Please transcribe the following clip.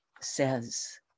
says